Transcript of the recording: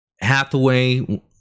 Hathaway